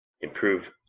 improve